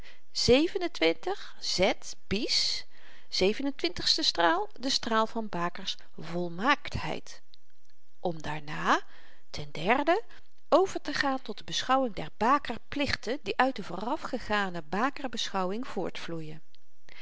z bis zeven-en-twintigste straal de straal van baker's volmaaktheid om daarna ten derde over te gaan tot de beschouwing der bakerplichten die uit de voorafgegane bakerbeschouwing